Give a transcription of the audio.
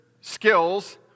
skills